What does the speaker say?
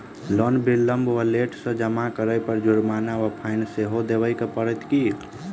Loan विलंब वा late सँ जमा करै पर जुर्माना वा फाइन सेहो देबै पड़त की?